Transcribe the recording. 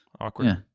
Awkward